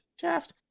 Shaft